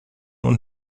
und